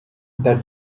that